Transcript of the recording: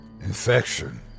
Infection